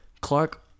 Clark